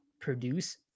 produce